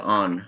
on